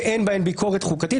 שאין בהן ביקורת חוקתית.